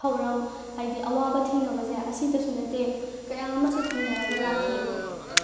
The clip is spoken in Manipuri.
ꯊꯧꯔꯝ ꯍꯥꯏꯗꯤ ꯑꯋꯥꯕ ꯊꯦꯡꯅꯕꯁꯦ ꯑꯁꯤꯇꯁꯨ ꯅꯠꯇꯦ ꯀꯌꯥ ꯑꯃꯁꯨ ꯊꯦꯡꯅꯔꯒ ꯂꯥꯛꯈꯤ